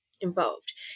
involved